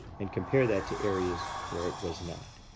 and compare that to areas where it was not.